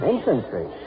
Infantry